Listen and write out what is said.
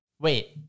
Wait